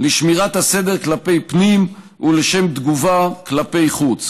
לשמירת הסדר כלפי פנים ולשם תגובה כלפי חוץ.